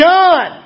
John